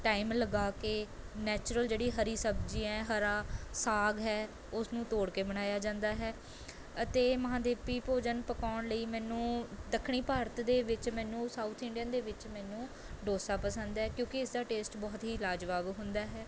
time ਲਗਾ ਕੇ natural ਜਿਹੜੀ ਹਰੀ ਸਬਜ਼ੀ ਹੈ ਹਰਾ ਸਾਗ ਹੈ ਉਸਨੂੰ ਤੋੜ ਕੇ ਬਣਾਇਆ ਜਾਂਦਾ ਹੈ ਅਤੇ ਮਹਾਂਦੀਪੀ ਭੋਜਨ ਪਕਾਉਣ ਲਈ ਮੈਨੂੰ ਦੱਖਣੀ ਭਾਰਤ ਦੇ ਵਿੱਚ ਮੈਨੂੰ ਸਾਊਥ ਇੰਡੀਅਨ ਦੇ ਵਿੱਚ ਮੈਨੂੰ ਡੋਸਾ ਪਸੰਦ ਹੈ ਕਿਉਂਕਿ ਇਸਦਾ ਟੇਸਟ ਬਹੁਤ ਹੀ ਲਾਜਵਾਬ ਹੁੰਦਾ ਹੈ